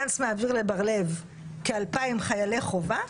גנץ מעביר לבר לב כ-2,000 חיילי חובה,